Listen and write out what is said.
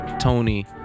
Tony